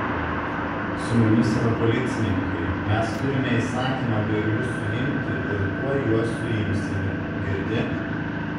su mumis yra policininkai mes turime įsakymą bėglius suimti ir tuoj juos suimsime girdi